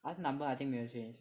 他 number I think 没有 change